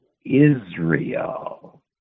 Israel